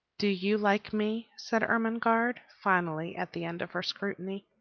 do you like me? said ermengarde, finally, at the end of her scrutiny.